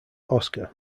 oscar